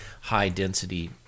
high-density